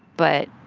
but.